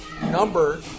number